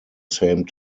same